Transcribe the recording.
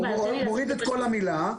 מוריד את כל המילה,